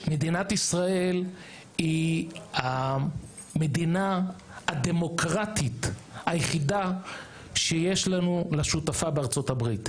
מדינת ישראל היא המדינה הדמוקרטית היחידה שיש לה שותפה בארה"ב.